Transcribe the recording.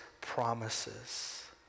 promises